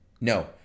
No